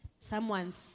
someone's